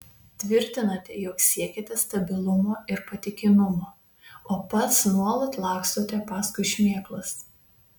tvirtinate jog siekiate stabilumo ir patikimumo o pats nuolat lakstote paskui šmėklas